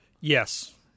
Yes